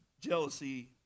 jealousy